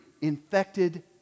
infected